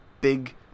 big